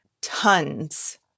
tons